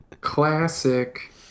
classic